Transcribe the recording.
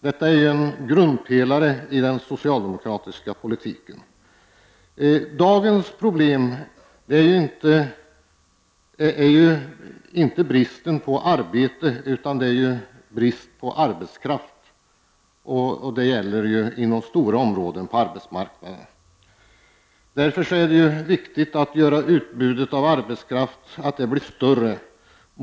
Detta är en grundpelare i den socialdemokratiska politiken. Dagens problem är inte brist på arbete utan brist på arbetskraft inom stora områden på arbetsmarknaden. Därför är det viktigt att utbudet av arbetskraft blir större.